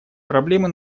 проблемы